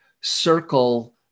circle